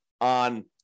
on